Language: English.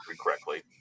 correctly